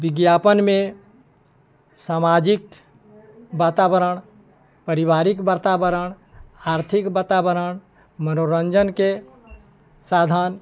विज्ञापनमे सामाजिक वातावरण पारिवारिक वातावरण आर्थिक वातावरण मनोरञ्जनके साधन